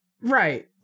Right